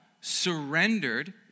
surrendered